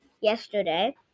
yesterday